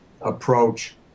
approach